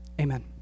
amen